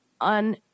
on